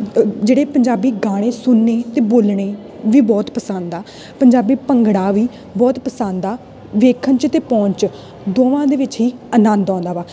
ਜਿਹੜੇ ਪੰਜਾਬੀ ਗਾਣੇ ਸੁਣਨੇ ਅਤੇ ਬੋਲਣੇ ਵੀ ਬਹੁਤ ਪਸੰਦ ਆ ਪੰਜਾਬੀ ਭੰਗੜਾ ਵੀ ਬਹੁਤ ਪਸੰਦ ਆ ਵੇਖਣ 'ਚ ਅਤੇ ਪਹੁੰਚ ਦੋਵਾਂ ਦੇ ਵਿੱਚ ਹੀ ਆਨੰਦ ਆਉਂਦਾ ਵਾ